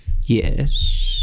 Yes